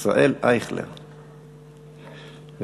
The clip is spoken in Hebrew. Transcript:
מרב מיכאלי, אינה נוכחת.